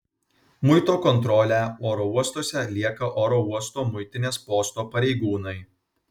muito kontrolę oro uostuose atlieka oro uosto muitinės posto pareigūnai